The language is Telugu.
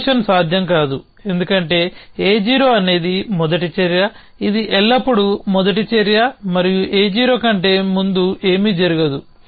ప్రమోషన్ సాధ్యం కాదు ఎందుకంటే A0 అనేది మొదటి చర్య ఇది ఎల్లప్పుడూ మొదటి చర్య మరియు A0 కంటే ముందు ఏమీ జరగదు